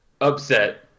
Upset